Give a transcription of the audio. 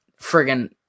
friggin